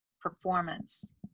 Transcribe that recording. performance